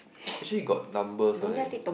actually got numbers one leh